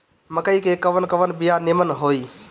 मकई के कवन कवन बिया नीमन होई?